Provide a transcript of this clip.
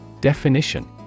Definition